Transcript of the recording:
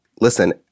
listen